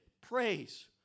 praise